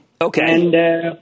okay